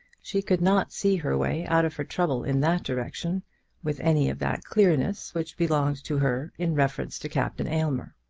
she could not see her way out of her trouble in that direction with any of that clearness which belonged to her in reference to captain aylmer.